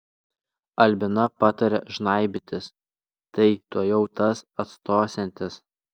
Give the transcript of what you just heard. albina patarė žnaibytis tai tuojau tas atstosiantis